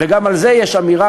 וגם על זה יש אמירה,